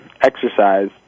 exercise